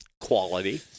quality